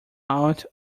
out